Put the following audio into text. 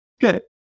good